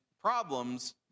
problems